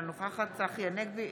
אינה נוכחת צחי הנגבי,